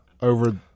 over